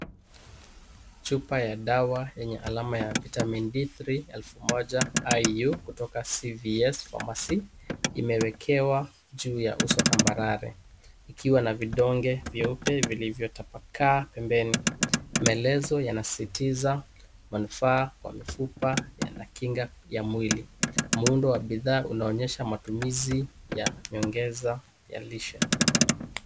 Chupa ya dawa yenye alama(cs) vitamin D three (cs) elfu moja iu kutoka CVS pharmacy, imewekewa juu ya uso tambarare, ikiwa na vidonge vyeupe vilivyotapakaa pembeni. Maelezo yanasisitiza manufaa kwa mifupa yana kinga ya mwili. Muundo wa bidhaa unaonyesha matumizi ya nyongeza ya lishe.